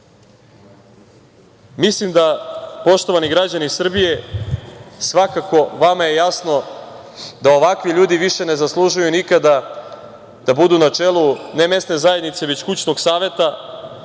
cvili? Poštovani građani Srbije, svakako je vama jasno da ovakvi ljudi više ne zaslužuju nikada da budu na čelu ne mesne zajednice već kućnog saveta